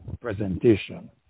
presentation